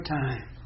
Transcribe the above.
time